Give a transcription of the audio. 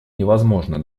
невозможно